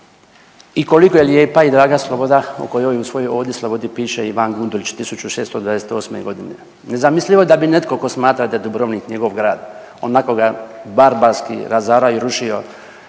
i koliko je lijepa i draga sloboda o kojoj ovdje slobodi piše Ivan Gundulić 1628. godine. Nezamislivo je da bi netko tko smatra da je Dubrovnik njegov grad onako ga barbarski razarao i rušio